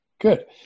good